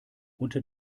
unter